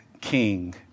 King